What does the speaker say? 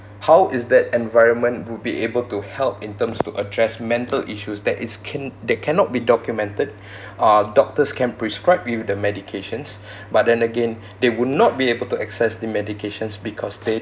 how is that environment would be able to help in terms to address mental issues that is can~ that cannot be documented uh doctors can prescribe you the medications but then again they would not be able to access the medications because they